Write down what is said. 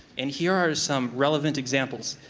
and here are some relevant examples.